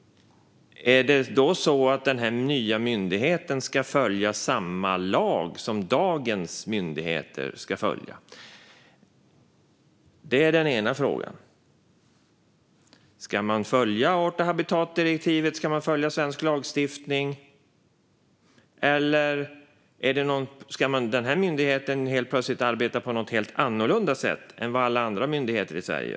Ska då den här nya myndigheten följa samma lag som dagens myndigheter ska följa? Det är den ena frågan. Ska man följa art och habitatdirektivet? Ska man följa svensk lagstiftning? Eller ska den här myndigheten helt plötsligt arbeta på något helt annorlunda sätt än alla andra myndigheter i Sverige?